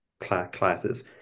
classes